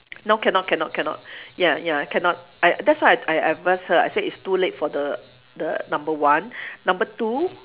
now cannot cannot cannot ya ya cannot I that's why I I advise her I said it's too late for the the number one number two